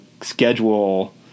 schedule